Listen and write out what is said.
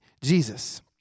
Jesus